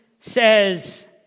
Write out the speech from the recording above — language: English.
says